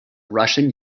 russian